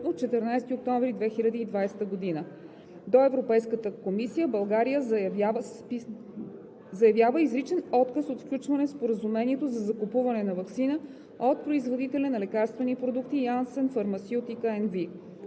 октомври 2020 г., до Европейската комисия България заявява изричен отказ от включване в Споразумението за закупуване на ваксина от производителя на лекарствени продукти Janssen Pharmaceutica NV.